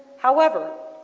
however,